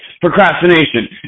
procrastination